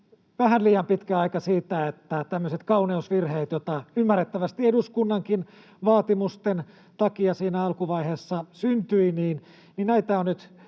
vähän liian pitkä aika siltä osin, että tämmöisiä kauneusvirheitä, joita ymmärrettävästi eduskunnankin vaatimusten takia siinä alkuvaiheessa syntyi,